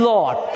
Lord